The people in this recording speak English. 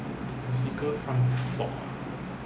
bicycle front fork ah okay